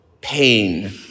pain